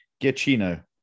Giacchino